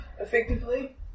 effectively